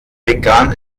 begann